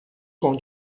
com